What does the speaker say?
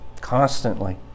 Constantly